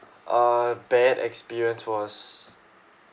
uh bad experience was